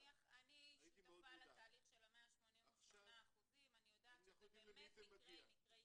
אני שותפה לתהליך של 188%. אני יודעת שזה באמת מקרי קצה.